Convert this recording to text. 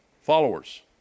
followers